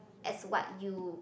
as what you